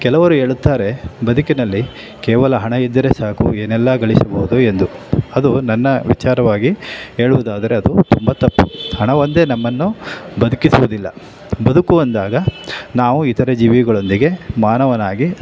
ಕೆಲವರು ಹೇಳುತ್ತಾರೆ ಬದುಕಿನಲ್ಲಿ ಕೇವಲ ಹಣ ಇದ್ದರೆ ಸಾಕು ಏನೆಲ್ಲ ಗಳಿಸಬಹುದು ಎಂದು ಅದು ನನ್ನ ವಿಚಾರವಾಗಿ ಹೇಳುವುದಾದರೆ ಅದು ತುಂಬ ತಪ್ಪು ಹಣವೊಂದೇ ನಮ್ಮನ್ನು ಬದುಕಿಸುವುದಿಲ್ಲ ಬದುಕು ಅಂದಾಗ ನಾವು ಇತರೆ ಜೀವಿಗಳೊಂದಿಗೆ ಮಾನವನಾಗಿ